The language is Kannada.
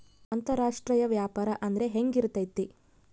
ಅಂತರಾಷ್ಟ್ರೇಯ ವ್ಯಾಪಾರ ಅಂದ್ರೆ ಹೆಂಗಿರ್ತೈತಿ?